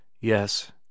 Yes